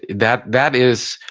that that is,